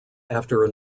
after